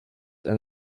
and